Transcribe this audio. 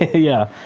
ah yeah.